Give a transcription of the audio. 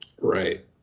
right